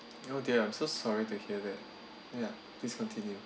oh dear I'm so sorry to hear that ya please continue